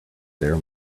there